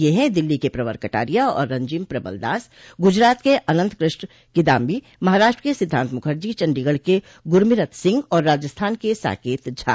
ये हैं दिल्ली के प्रवर कटारिया और रंजिम प्रबल दास गुजरात के अनंत कृष्ण किदांबी महाराष्ट्र के सिद्धांत मुखर्जा चंडीगढ़ के गुरमिरत सिंह और राजस्थान के साकेत झा